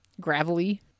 gravelly